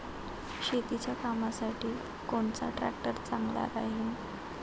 शेतीच्या कामासाठी कोनचा ट्रॅक्टर चांगला राहीन?